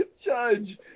Judge